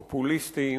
פופוליסטיים,